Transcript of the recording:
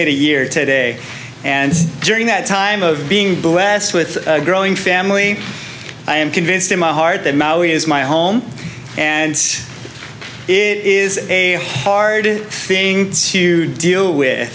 made a year today and during that time of being blessed with a growing family i am convinced in my heart that maui is my home and it is a hard thing to deal with